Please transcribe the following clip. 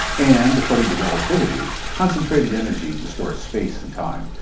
and, according to relativity, concentrated energy distorts space and time,